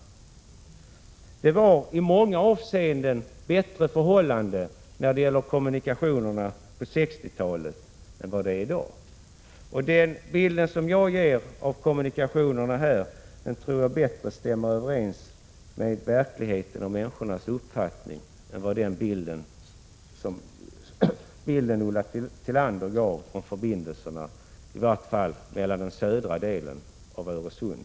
Kommunikationsförhållandena var i många avseenden bättre på 1960-talet än i dag. Den bild av kommunikationerna som jag ger här tror jag bättre överensstämmer med verkligheten och människors uppfattning än den bild som Ulla Tillander gav om förbindelserna, i varje fall i den södra delen av Öresund.